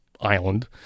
island